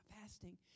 fasting